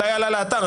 מתי עלה לאתר?